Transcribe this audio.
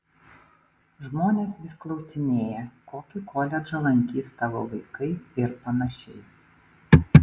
žmonės vis klausinėja kokį koledžą lankys tavo vaikai ir panašiai